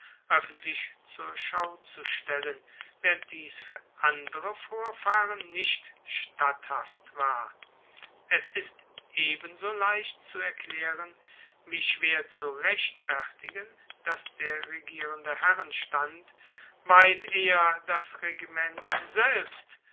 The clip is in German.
oeffentlich zur schau zu stellen waehrend dies fuer andere vorfahren nicht statthaft war es ist ebenso leicht zu erklaeren wie schwer zu rechtfertigen dass der regierende herrenstand weit eher das regiment selbst